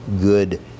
good